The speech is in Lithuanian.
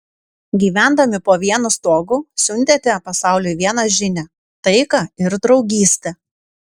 gyvendami po vienu stogu siuntėte pasauliui vieną žinią taiką ir draugystę